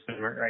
right